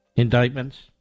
indictments